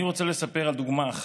אני רוצה לספר על דוגמה,